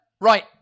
Right